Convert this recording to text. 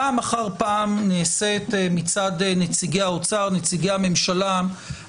פעם אחר פעם נעשית מצד נציגי האוצר השוואה